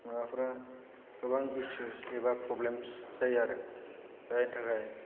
माबाफोरा गोबां इसुस एबा प्रब्लेम्स जायो आरो फ्रायनि थाखाय